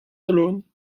alone